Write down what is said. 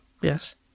Yes